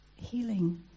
healing